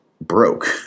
broke